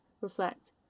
reflect